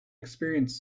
experience